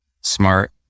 smart